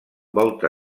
volta